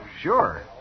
Sure